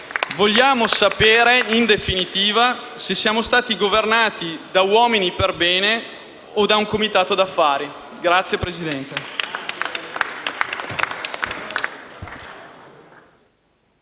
Vogliamo sapere in definitiva se siamo stati governati da uomini perbene o da un comitato d'affari. *(Applausi